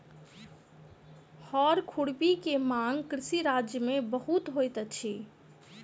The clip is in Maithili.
हअर खुरपी के मांग कृषि राज्य में बहुत होइत अछि